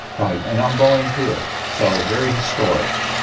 right, and on boeing field, so, very historic.